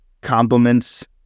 compliments